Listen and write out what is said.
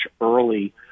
early